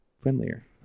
friendlier